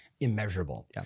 immeasurable